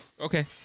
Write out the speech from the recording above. Okay